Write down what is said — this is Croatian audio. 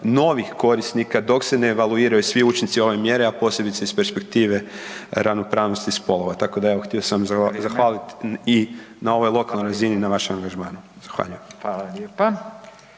novih korisnika dok se ne evaluiraju svi učinci ove mjere, a posebice iz perspektive ravnopravnosti spolova, tako da sam htio zahvaliti i na ovoj lokalnoj razini na vašem angažmanu. Zahvaljujem.